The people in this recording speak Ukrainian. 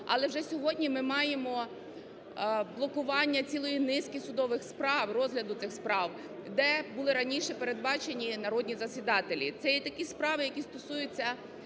Але вже сьогодні ми маємо блокування цілої низки судових справ, розгляду цих справ, де були раніше передбачені народні засідателі. Це є такі справи, які стосуються